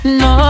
no